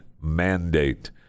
mandate